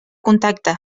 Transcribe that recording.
contacte